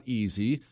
easy